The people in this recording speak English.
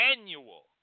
annual